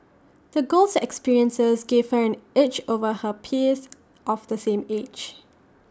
the girl's experiences gave her an edge over her peers of the same age